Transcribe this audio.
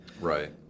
Right